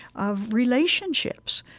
of relationships.